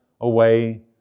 away